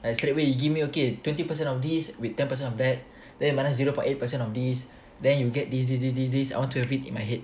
I straight away you give me okay twenty percent of this with ten percent of that then minus zero point eight percent of this then you get this this this this this I want to have it in my head